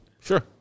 Sure